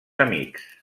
amics